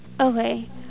Okay